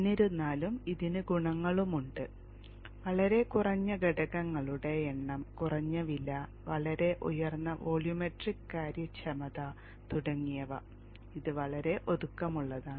എന്നിരുന്നാലും ഇതിന് ഗുണങ്ങളുമുണ്ട് വളരെ കുറഞ്ഞ ഘടകങ്ങളുടെ എണ്ണം കുറഞ്ഞ വില വളരെ ഉയർന്ന വോള്യൂമെട്രിക് കാര്യക്ഷമത തുടങ്ങിയവ ഇത് വളരെ ഒതുക്കമുള്ളതാണ്